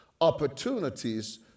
Opportunities